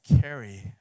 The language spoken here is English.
carry